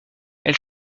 elle